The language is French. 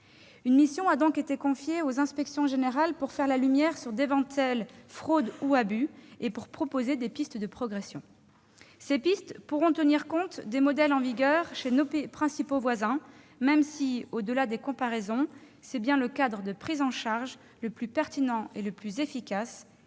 Une mission a donc été confiée aux inspections générales pour faire la lumière sur d'éventuels fraudes ou abus et pour proposer des pistes de progression. Ces pistes pourront tenir compte des modèles en vigueur chez nos principaux voisins, même si, au-delà des comparaisons, c'est bien le cadre de prise en charge le plus pertinent et le plus efficace